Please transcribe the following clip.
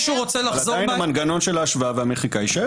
אבל עדיין המנגנון של ההשוואה והמחיקה יישאר.